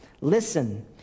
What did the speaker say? Listen